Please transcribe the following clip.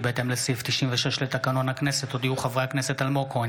כי בהתאם לסעיף 96 לתקנון הכנסת הודיעו חברי הכנסת אלמוג כהן,